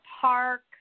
park